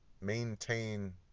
maintain